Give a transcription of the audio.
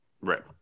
Right